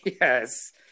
yes